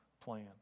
plan